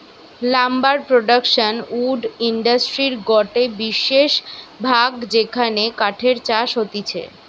lumber production wood ইন্ডাস্ট্রির গটে বিশেষ ভাগ যেখানে কাঠের চাষ হতিছে